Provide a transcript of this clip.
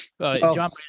John